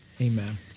Amen